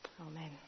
Amen